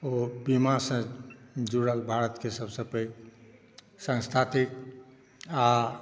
ओ बीमासं जुड़ल भारतके सभसे पैघ संस्था थिक आ